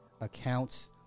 accounts